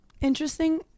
Interesting